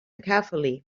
carefully